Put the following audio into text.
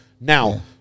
Now